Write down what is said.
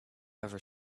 ever